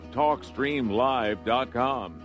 talkstreamlive.com